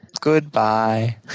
Goodbye